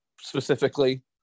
specifically